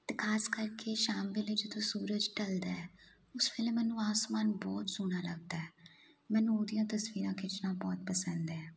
ਅਤੇ ਖ਼ਾਸ ਕਰਕੇ ਸ਼ਾਮ ਦੇ ਵੇਲੇ ਜਦੋਂ ਸੂਰਜ ਢਲਦਾ ਉਸ ਵੇਲੇ ਮੈਨੂੰ ਆਸਮਾਨ ਬਹੁਤ ਸੋਹਣਾ ਲੱਗਦਾ ਮੈਨੂੰ ਉਹਦੀਆਂ ਤਸਵੀਰਾਂ ਖਿੱਚਣਾ ਬਹੁਤ ਪਸੰਦ ਹੈ